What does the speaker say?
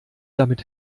damit